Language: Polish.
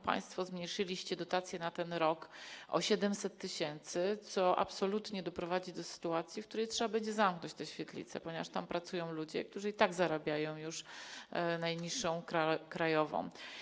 Państwo zmniejszyliście dotację na ten rok o 700 tys., co absolutnie doprowadzi do sytuacji, w której trzeba będzie zamknąć te świetlice, ponieważ tam pracują ludzie, którzy i tak zarabiają już najniższą krajową.